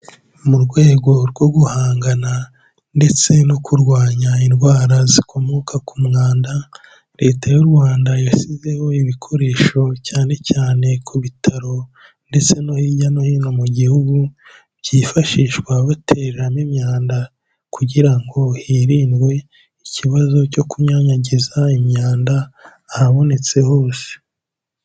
Mu rwego rwo guhangana ndetse no kurwanya indwara zikomoka ku mwanda, leta y'u Rwanda yashyizeho ibikoresho cyane cyane ku bitaro ndetse no hirya no hino mu gihugu, byifashishwa batereramo imyanda kugira ngo hirindwe ikibazo cyo kunyanyagiza imyanda ahabonetse hose.